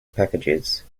packages